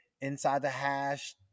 inside-the-hash